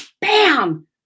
bam